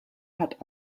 hat